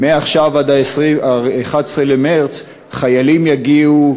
ומעכשיו עד 11 במרס חיילים יגיעו,